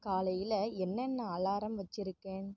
காலையில் என்னென்ன அலாரம் வச்சிருக்கேன்